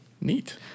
neat